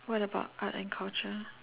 what about art and culture